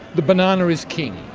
the banana is king.